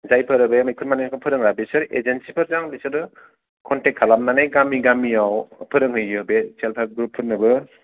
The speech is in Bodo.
जायफोरो बे मैखुन मानिखौ फोरोंग्रा बिसोर एजेनसिफोरजों बिसोरो खनथेख खालामनानै गामि गामि आव फोरोंहैयो बे सेल हेल्प ग्रुफ फोरनोबो